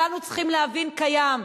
כולנו צריכים להבין, קיים.